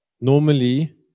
normally